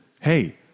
hey